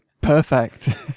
perfect